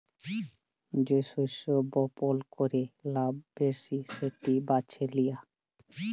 যে শস্য বপল ক্যরে লাভ ব্যাশি সেট বাছে লিয়া